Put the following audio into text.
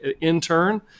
intern